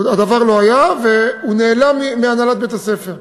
הדבר לא היה והוא נעלם מהנהלת בית-הספר.